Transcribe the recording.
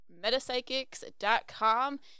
metapsychics.com